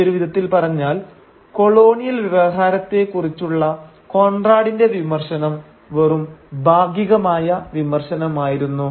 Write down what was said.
മറ്റൊരു വിധത്തിൽ പറഞ്ഞാൽ കൊളോണിയൽ വ്യവഹാരത്തെ കുറിച്ചുള്ള കോൺറാടിന്റെ വിമർശനം വെറും ഭാഗികമായ വിമർശനമായിരുന്നു